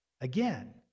Again